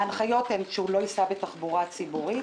ההנחיות הן שהוא לא ייסע בתחבורה ציבורית,